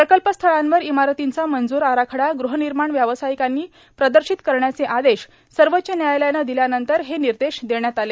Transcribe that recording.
प्रकल्प स्थळांवर इमारतींचा मंजूर आराखडा ग़हनिर्माण व्यावसायिकांनी प्रदर्शित करण्याचे आदेश सर्वोच्च न्यायालयानं दिल्यानंतर हे निर्देश देण्यात आले